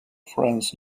friends